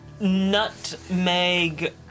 Nutmeg